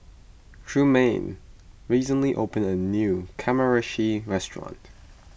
Trumaine recently opened a new Kamameshi restaurant